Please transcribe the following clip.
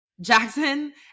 Jackson